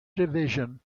division